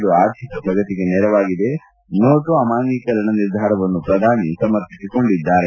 ಇದು ಆರ್ಥಿಕ ಪ್ರಗತಿಗೆ ನೆರವಾಗಿದೆ ಎಂದು ನೋಟು ಅಮಾನ್ಜೀಕರಣದ ನಿರ್ಧಾರವನ್ನು ಪ್ರಧಾನಿ ಸಮರ್ಥಿಸಿಕೊಂಡಿದ್ದಾರೆ